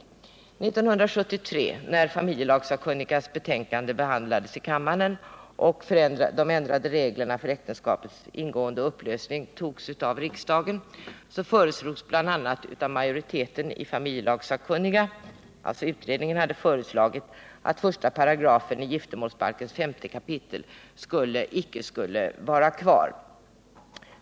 År 1973, när familjelagssakkunnigas betänkande behandlades i kammaren och de ändrade reglerna för äktenskapets ingående och upplösning antogs av riksdagen, föreslogs bl.a. av majoriteten i familjelagssakkunniga — utredningen hade alltså föreslagit det — att 1 § i giftermålsbalkens 5 kap. icke skulle vara kvar.